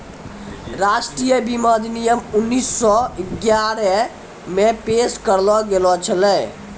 राष्ट्रीय बीमा अधिनियम उन्नीस सौ ग्यारहे मे पेश करलो गेलो छलै